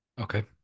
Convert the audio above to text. Okay